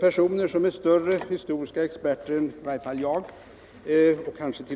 personer som är större historiska experter än i varje fall jag-kansket.o.m.